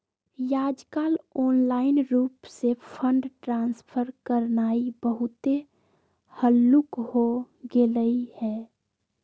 याजकाल ऑनलाइन रूप से फंड ट्रांसफर करनाइ बहुते हल्लुक् हो गेलइ ह